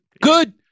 good